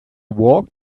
walk